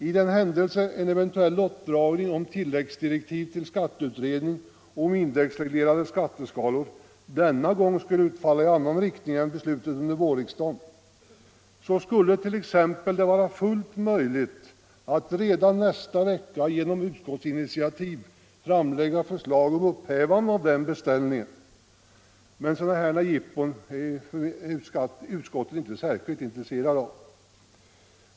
För den händelse att en eventuell lottdragning om tilläggsdirektiv för skatteutredningen om indexreglerade skatteskalor denna gång skulle utfalla i annan riktning än beslutet under vårriksdagen, skulle det t.ex. vara fullt möjligt att redan nästa vecka genom utskottsinitiativ framlägga förslag om upphävande av denna beställning. Men sådana jippon är utskottet inte särskilt intresserat av.